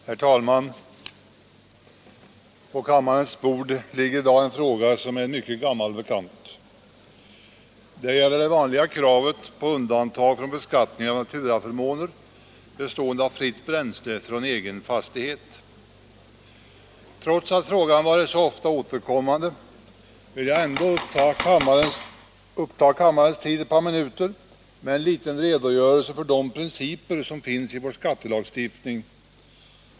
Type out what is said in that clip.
Herr talman! På kammarens bord ligger i dag en fråga som är en mycket gammal bekant. Det gäller det vanliga kravet på undantag från beskattning av naturaförmåner bestående av fritt bränsle från egen fastighet. Trots att frågan varit så ofta återkommande vill jag uppta kammarens tid några minuter med en liten redogörelse för en av de principer som finns i vår skattelagstiftning.